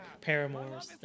paramours